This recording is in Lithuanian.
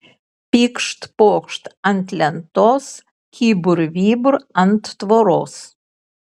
pykšt pokšt ant lentos kybur vybur ant tvoros